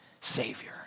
savior